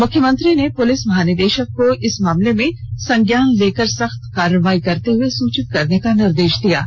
मुख्यमंत्री ने पुलिस महानिदेशक को उक्त मामले में संज्ञान लेकर सख्त कार्रवाई करते हुए सुचित करने का निर्देश दिया है